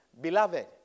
Beloved